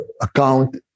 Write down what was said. account